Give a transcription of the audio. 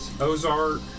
Ozark